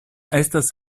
estas